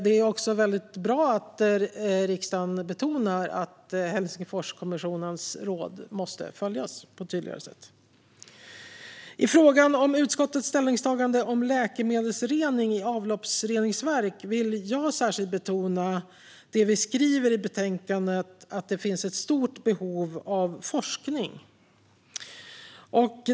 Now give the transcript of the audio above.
Det är också väldigt bra att riksdagen betonar att Helsingforskommissionens råd måste följas på ett tydligare sätt. I frågan om utskottets ställningstagande om läkemedelsrening i avloppsreningsverk vill jag särskilt betona det vi skriver i betänkandet om att det finns ett stort behov av forskning.